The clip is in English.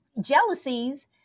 jealousies